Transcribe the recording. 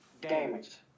damage